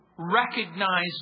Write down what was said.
recognize